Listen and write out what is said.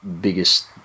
biggest